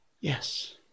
Yes